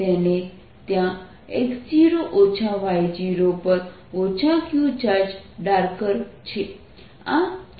તેથી ત્યાં x0 y0પર q ચાર્જ ડાર્કર છે